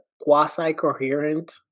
quasi-coherent